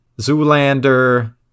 Zoolander